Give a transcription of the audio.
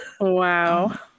Wow